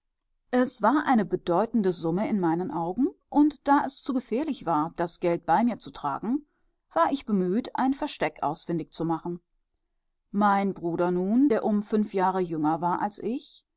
es war eine bedeutende summe in meinen augen und da es zu gefährlich war das geld bei mir zu tragen war ich bemüht ein versteck ausfindig zu machen mein bruder nun der um fünf jahre jünger war als ich